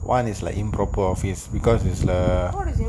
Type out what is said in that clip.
one is like improper office because it's